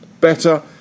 better